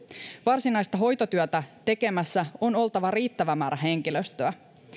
varsinaista hoitotyötä tekemässä on oltava riittävä määrä henkilöstöä